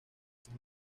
sus